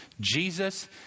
Jesus